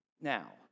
now